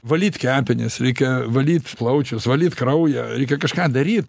valyt kepenis reikia valyt plaučius valyt kraują reikia kažką daryt